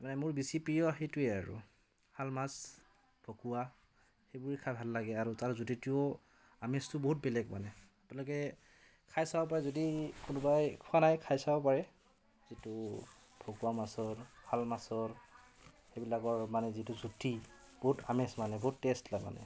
মানে মোৰ বেছি প্ৰিয় সেইটোৱে আৰু শাল মাছ ভকুৱা সেইবোৰে খাই ভাল লাগে আৰু তাৰ জুতিটোও আমেজটো বহুত বেলেগ মানে আপোনালোকে খাই চাব পাৰে যদি কোনোবাই খোৱা নাই খাই চাব পাৰে যিটো ভকুৱা মাছৰ শাল মাছৰ সেইবিলাকৰ মানে যিটো জুতি বহুত আমেজ মানে বহুত টেষ্ট তাৰ মানে